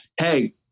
hey